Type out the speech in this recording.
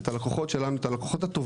את הלקוחות הטובים,